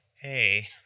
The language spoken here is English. Hey